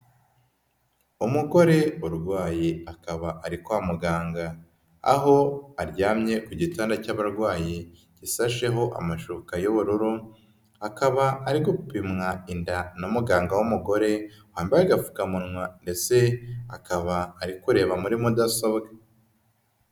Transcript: Umugore urwaye akaba ari kwa muganga, aho aryamye ku gitanda cy'abarwayi gisasheho amashuka y'ubururu, akaba ari gupimwa inda na muganga w'umugore wambaye agapfukamunwa ndetse akaba ari kureba muri mudasobwa.